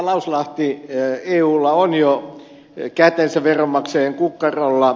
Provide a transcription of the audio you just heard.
lauslahti eulla on jo kätensä veronmaksajien kukkarolla